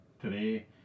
today